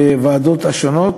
בוועדות השונות,